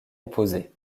opposées